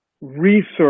research